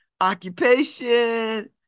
occupation